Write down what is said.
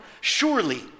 Surely